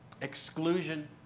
exclusion